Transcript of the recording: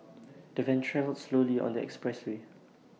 the van travelled slowly on the expressway